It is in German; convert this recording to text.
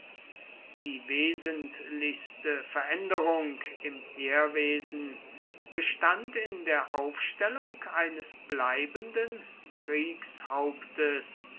die wesentlichste veränderung im heerwesen bestand in der aufstellung eines bleibenden